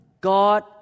God